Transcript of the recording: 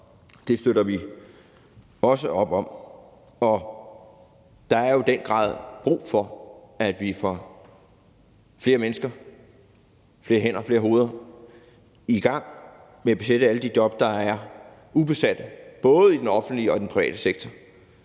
det støtter vi også op om. Der er jo i den grad brug for, at vi får flere mennesker, flere hænder, flere hoveder i gang med at besætte alle de job, der er ubesat, både i den offentlige og i den private sektor.